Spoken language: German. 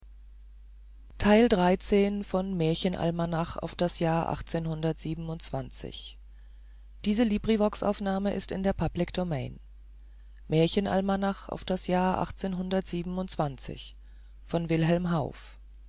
sich auf das